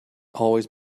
always